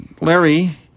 Larry